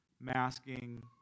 masking